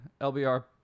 LBR